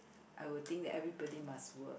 I will think that everybody must work